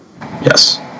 Yes